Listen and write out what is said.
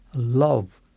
love,